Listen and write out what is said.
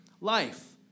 life